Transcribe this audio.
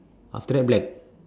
after that blank